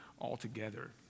altogether